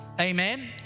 Amen